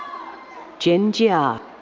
jin jia.